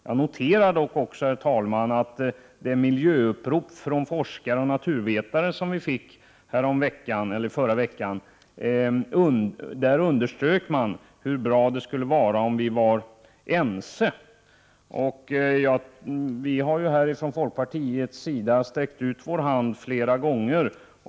Jag noterar vidare att man i det miljöupprop som kom från forskare och naturvetare under förra veckan underströk hur bra det skulle vara om vi var ense. Från folkpartiets sida har vi sträckt ut vår hand flera gånger.